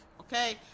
okay